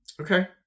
Okay